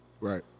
Right